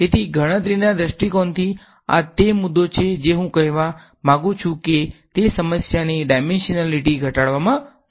તેથી ગણતરીના દૃષ્ટિકોણથી આ તે મુદ્દો છે જે હું કહેવા માંગુ છું કે તે સમસ્યાની ડાઈમેન્શનાલીટી ઘટાડવામાં મદદ કરે છે